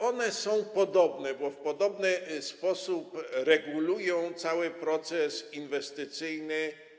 One są podobne, bo w podobny sposób regulują cały proces inwestycyjny.